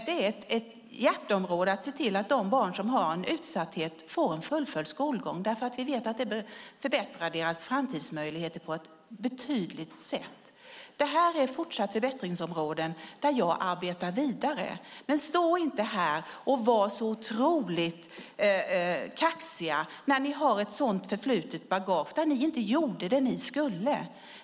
Det är ett hjärteområde att se till att de barn som har en utsatthet får en fullföljd skolgång därför att vi vet att det förbättrar deras framtidsmöjligheter betydligt. Detta är förbättringsområden där jag arbetar vidare. Men stå inte här och var så otroligt kaxiga när ni har ett sådant förflutet i bagaget och inte gjorde det som ni skulle.